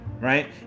right